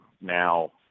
now